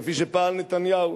כפי שפעל נתניהו,